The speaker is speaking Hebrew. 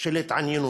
של התעניינות,